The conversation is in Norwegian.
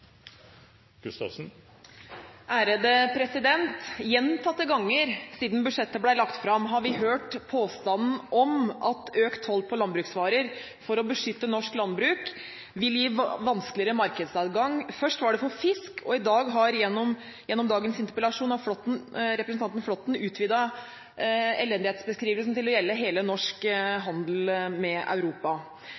Gjentatte ganger siden budsjettet ble lagt fram, har vi hørt påstanden om at økt toll på landbruksvarer for å beskytte norsk landbruk vil gi vanskeligere markedsadgang. Først var det for fisk, og gjennom dagens interpellasjon har representanten Flåtten utvidet elendighetsbeskrivelsen til å gjelde all norsk